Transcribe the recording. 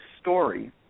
story